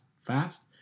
fast